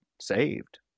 saved